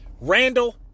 Randall